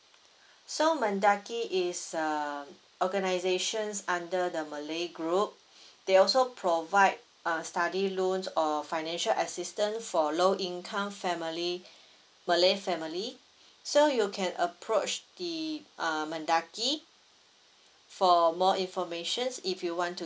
so mendaki is err organisations under the malay group they also provide a study loans or financial assistance for low income family malay family so you can approach the err mendaki for more informations if you want to